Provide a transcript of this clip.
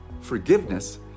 forgiveness